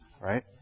right